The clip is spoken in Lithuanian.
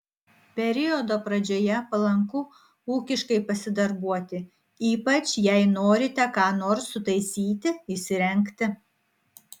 periodo pradžioje palanku ūkiškai pasidarbuoti ypač jei norite ką nors sutaisyti įsirengti